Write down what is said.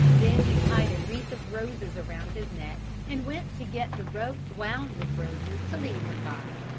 then he tied a wreath of roses round his neck and went to get the rope wound with roses to lead him by.